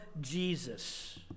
Jesus